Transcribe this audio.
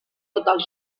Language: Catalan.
total